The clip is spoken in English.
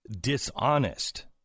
Dishonest